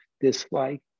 dislike